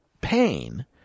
pain